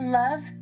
love